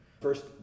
first